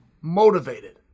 motivated